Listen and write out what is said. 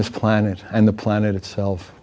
this planet and the planet itself